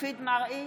מופיד מרעי,